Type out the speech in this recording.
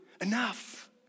Enough